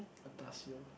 atas [siol]